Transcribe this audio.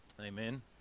Amen